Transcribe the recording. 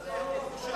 בוז בוז בוז.